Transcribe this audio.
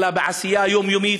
אלא בעשייה היומיומית.